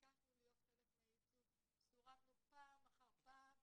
ביקשנו להיות חלק מהייצוג אבל סורבנו פעם אחר פעם.